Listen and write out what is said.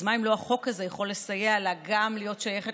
אז מה אם לא החוק הזה יכול לסייע לה גם להיות שייכת